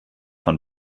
von